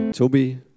Toby